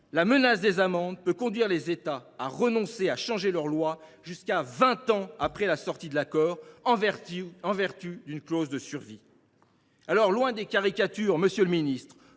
la menace des amendes peut conduire les États à renoncer à changer leurs lois jusqu’à vingt ans après la sortie de l’accord, en vertu d’une clause de survie. Alors, loin des caricatures, monsieur le ministre,